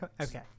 Okay